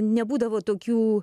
nebūdavo tokių